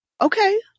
Okay